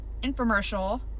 infomercial